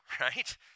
right